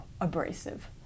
abrasive